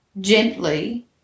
gently –